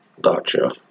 Gotcha